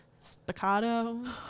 staccato